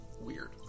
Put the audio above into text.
weird